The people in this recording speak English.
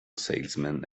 salesman